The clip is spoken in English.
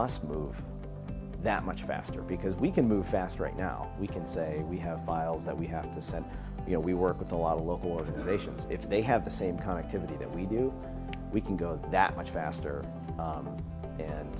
us move that much faster because we can move faster right now we can say we have files that we have to set you know we work with a lot of local organizations if they have the same kind of to do that we do we can go that much faster